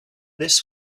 this